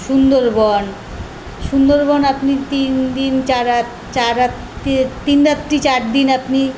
সুন্দরবন সুন্দরবন আপনি তিন দিন চার রাত চার রাত্রি তিন রাত্রি চার দিন আপনি